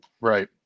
right